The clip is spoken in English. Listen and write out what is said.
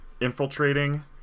infiltrating